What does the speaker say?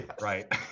right